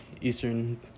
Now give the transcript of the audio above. Eastern